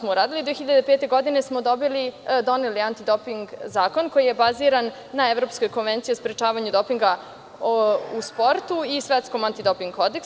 Godine 2005. smo doneli Antidoping zakon koji je baziran na Evropskoj konvenciji o sprečavanju dopinga u sportu i Svetskom antidoping kodeksu.